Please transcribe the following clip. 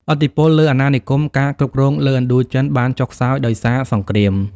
ឥទ្ធិពលលើអាណានិគមការគ្រប់គ្រងលើឥណ្ឌូចិនបាន ចុះខ្សោយ ដោយសារសង្គ្រាម។